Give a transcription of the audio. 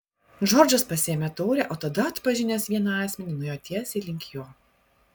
džordžas pasiėmė taurę o tada atpažinęs vieną asmenį nuėjo tiesiai link jo